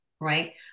Right